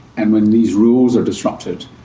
and when these rules are disrupted,